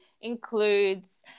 includes